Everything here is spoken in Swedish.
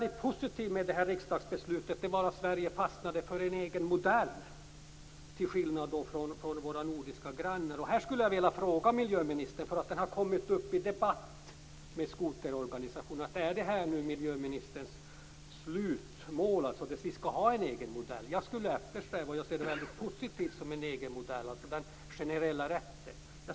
Det positiva med riksdagsbeslutet är att Sverige fastnade för en egen modell, till skillnad från hur det är hos våra nordiska grannar. Den här frågan har kommit upp till debatt med skoterorganisationerna. Därför undrar jag om det är miljöministerns slutmål att vi skall ha en egen modell. Det är vad jag eftersträvar. Jag ser mycket positivt på detta med en egen modell, på den generella rätten.